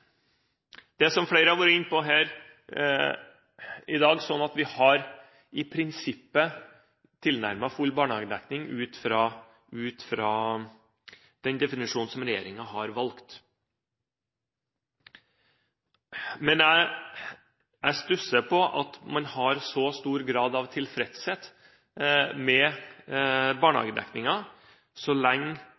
Det som flere har vært inne på her i dag, er at vi i prinsippet har tilnærmet full barnehagedekning ut fra den definisjonen regjeringen har valgt. Jeg stusser over at man har så stor grad av tilfredshet med barnehagedekningen så lenge